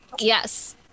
yes